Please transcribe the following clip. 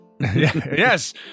Yes